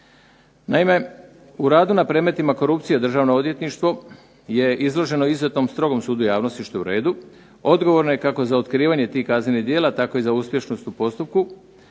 Naime, u radu na predmetima korupcije Državno odvjetništvo je izloženo izuzetnom strogom sudu javnosti što je u redu. Odgovorno je kako za otkrivanje tih kaznenih djela, tako i za uspješnost u postupku